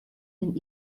den